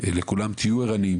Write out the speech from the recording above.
לכולם תהיו ערניים